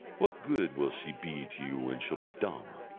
what good will she be to you when she'll be dumb?